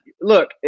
look